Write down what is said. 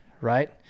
right